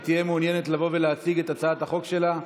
ותהיה מעוניינת לבוא ולהציג את הצעת החוק שלה?